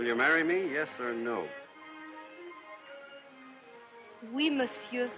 when you marry me yes or no we must